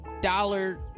dollar